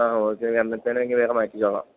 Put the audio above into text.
ആ ഓക്കേ അന്നത്തേന് എങ്കിൽ വേറെ മാറ്റിച്ചോളാം